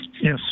Yes